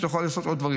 שתוכל לשאול עוד דברים,